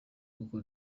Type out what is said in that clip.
kuko